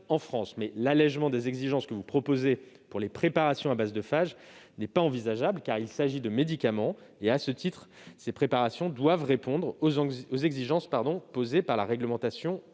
L'allégement des exigences que vous proposez pour les préparations à base de phages n'est cependant pas envisageable, car il s'agit de médicaments : à ce titre, ces préparations doivent répondre aux exigences de la réglementation